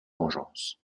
vengeance